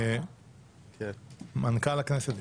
מנכ"ל הכנסת.